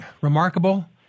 remarkable